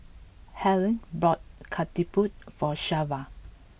Halle bought Ketupat for Shelva